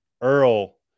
Earl